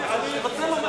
אני רוצה לומר,